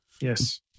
Yes